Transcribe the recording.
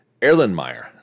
Erlenmeyer